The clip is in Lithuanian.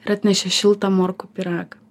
ir atnešė šiltą morkų pyragą